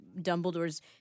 Dumbledore's